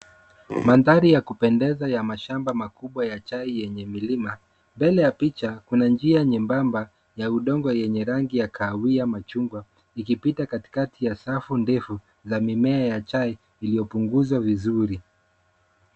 Mandhari ya kupendeza ya mashamba makubwa ya chai yenye milima. Mbele ya picha kuna njia nyembamba ya udongo yenye rangi ya kahawia machungwa ikipita kati kati ya safu ndefu za mimea ya chai iliyopunguzwa vizuri.